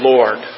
Lord